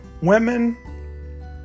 Women